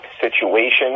situation